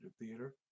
theater